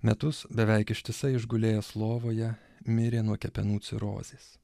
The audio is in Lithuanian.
metus beveik ištisai išgulėjęs lovoje mirė nuo kepenų cirozės